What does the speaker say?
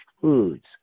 Foods